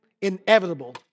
Inevitable